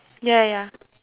ya ya ya